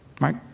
Right